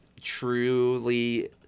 truly